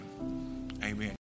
amen